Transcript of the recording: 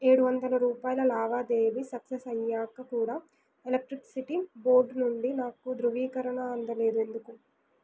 ఏడువందల రూపాయల లావాదేవీ సక్సెస్ అయ్యాక కూడా ఎలక్ట్రిక్సిటీ బోర్డు నుండి నాకు దృవీకరణ అందలేదు ఎందుకు